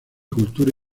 cultura